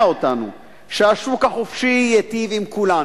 אותנו שהשוק החופשי ייטיב עם כולנו.